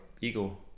ego